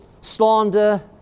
slander